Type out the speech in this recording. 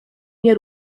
nie